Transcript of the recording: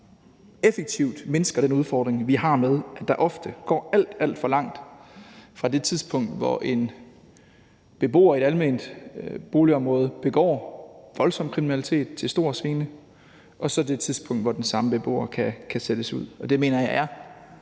effektivt mindsker den udfordring, vi har med, at der ofte går alt, alt for lang tid fra det tidspunkt, hvor en beboer i et alment boligområde begår voldsom kriminalitet til stor gene, til det tidspunkt, hvor den samme beboer kan sættes ud. Det mener jeg er